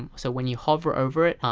and so when you hover over it,